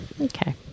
Okay